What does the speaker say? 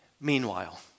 Meanwhile